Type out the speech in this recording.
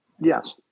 Yes